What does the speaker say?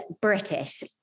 British